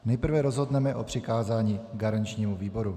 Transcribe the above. Nejprve rozhodneme o přikázání garančnímu výboru.